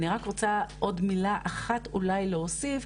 אני רק רוצה עוד מילה אחת אולי להוסיף,